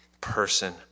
person